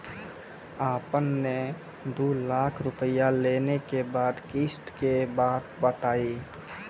आपन ने दू लाख रुपिया लेने के बाद किस्त के बात बतायी?